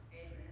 Amen